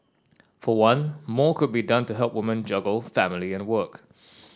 for one more could be done to help women juggle family and work